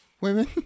women